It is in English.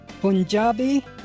Punjabi